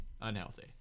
Unhealthy